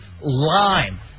Lime